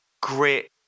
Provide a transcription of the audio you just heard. grit